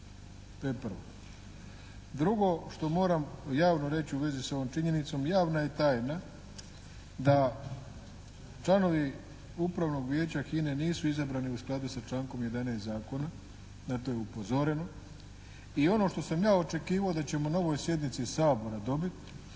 To je prvo. Drugo što moram javno reći u vezi s ovom činjenicom, javna je tajna da članovi Upravnog vijeća HINA-e nisu izabrani u skladu sa člankom 11. zakona, na to je upozoreno. I ono što sam ja očekivao da ćemo na ovoj sjednici Sabora dobiti